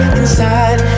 inside